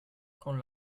con